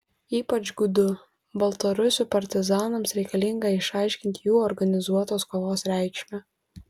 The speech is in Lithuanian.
ypač gudų baltarusių partizanams reikalinga išaiškinti jų organizuotos kovos reikšmę